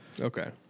Okay